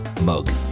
mug